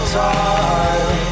time